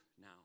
now